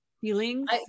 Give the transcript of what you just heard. feelings